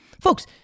Folks